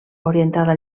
orientada